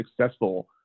successful